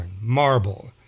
marble